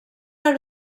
out